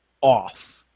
off